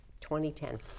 2010